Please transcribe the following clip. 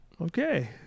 Okay